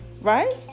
right